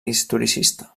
historicista